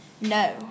No